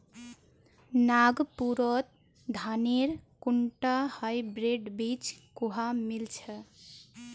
नागपुरत धानेर कुनटा हाइब्रिड बीज कुहा मिल छ